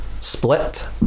Split